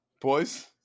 boys